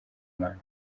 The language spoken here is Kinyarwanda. imana